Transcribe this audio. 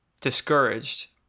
discouraged